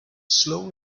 slow